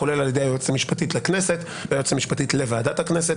כולל על ידי היועצת המשפטית לכנסת והיועצת המשפטית לוועדת הכנסת,